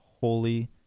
holy